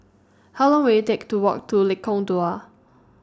How Long Will IT Take to Walk to Lengkong Dua